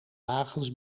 wagens